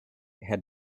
had